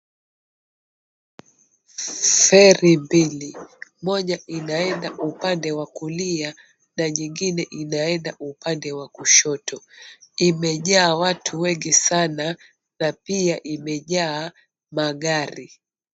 Feri mbili, moja inaenda upande wa kulia na nyingine inaenda upande wa kushoto imejaa watu wengi sana na pia imejaa magari.